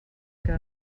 que